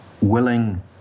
willing